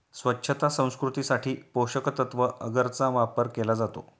स्वच्छता संस्कृतीसाठी पोषकतत्त्व अगरचा वापर केला जातो